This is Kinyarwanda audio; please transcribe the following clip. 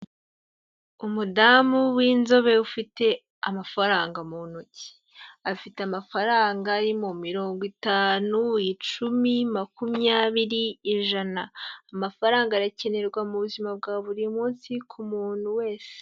Umudamu w'inzobe ufite amafaranga mu ntoki, afite amafaranga arimo mirongo itanu, icumi, makumyabiri, ijana, amafaranga arakenerwa mu buzima bwa buri munsi ku muntu wese.